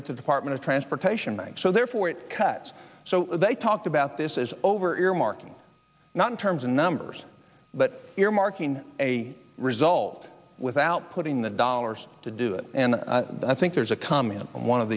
at the department of transportation bank so therefore it cuts so they talked about this is over earmarking not in terms of numbers but you're marking a result without putting the dollars to do it and i think there's a comment on o